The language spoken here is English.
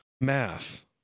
math